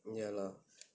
ya lah